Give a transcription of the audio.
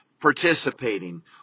participating